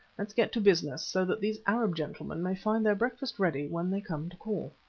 let's get to business so that these arab gentlemen may find their breakfast ready when they come to call.